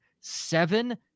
seven